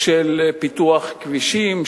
של פיתוח כבישים,